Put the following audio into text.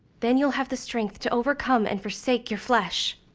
then you'll have the strength to overcome and forsake your flesh.